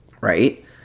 right